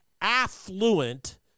affluent